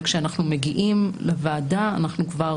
וכשאנחנו מגיעים לוועדה אנחנו כבר